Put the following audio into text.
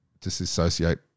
disassociate